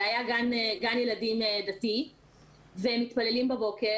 זה היה גן ילדים דתי והם מתפללים בבוקר.